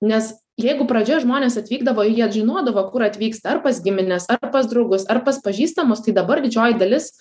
nes jeigu pradžioj žmonės atvykdavo ir jie žinodavo kur atvyksta ar pas gimines ar pas draugus ar pas pažįstamus tai dabar didžioji dalis